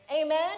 Amen